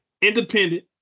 independent